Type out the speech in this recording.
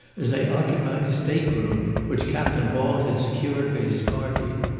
as they occupied a state-room which captain hall had secured for his party.